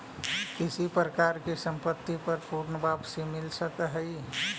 किस प्रकार की संपत्ति पर पूर्ण वापसी मिल सकअ हई